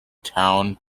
town